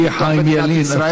ידידי חיים ילין,